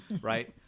Right